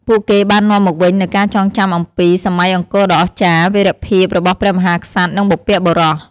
ពួកគេបាននាំមកវិញនូវការចងចាំអំពី សម័យអង្គរដ៏អស្ចារ្យ វីរភាពរបស់ព្រះមហាក្សត្រ និងបុព្វបុរស។